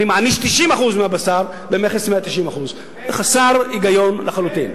אני מעניש 90% מהבשר במכס 190%. זה חסר היגיון לחלוטין.